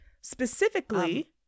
Specifically